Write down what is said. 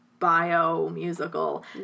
bio-musical